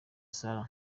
sarah